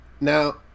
Now